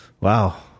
Wow